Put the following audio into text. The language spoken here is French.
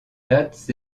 dates